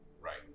right